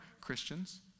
Christians